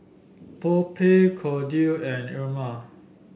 Phoebe Kordell and Irma